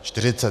40.